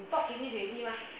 talk finish already mah